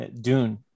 Dune